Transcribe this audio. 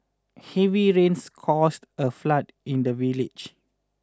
heavy rains caused a flood in the village